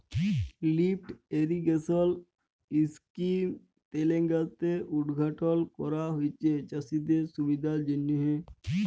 lift irrigation scheme তেলেঙ্গালাতে উদঘাটল ক্যরা হঁয়েছে চাষীদের সুবিধার জ্যনহে